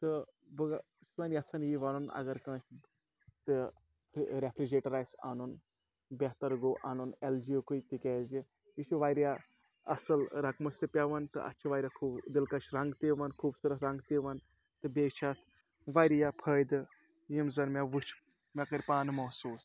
تہٕ بہٕ یَژھان یی وَنُن اگر کٲنٛسِہ تہِ رٮ۪فرِجریٹَر آسِہ اَنُن بہتر گوٚو اَنُن اٮ۪ل جی یُکٕے تِکیازِ یہِ چھُ واریاہ اَصٕل رقمَس تہِ پٮ۪وان تہٕ اَتھ چھِ واریاہ خوٗ دِلکَش رنٛگ تہِ یِوان خوٗبصوٗرت رنٛگ تہِ یِوان تہٕ بیٚیہِ چھِ اَتھ واریاہ فٲیِدٕ یِم زَن مےٚ وٕچھ مےٚ کٔرۍ پانہٕ محسوٗس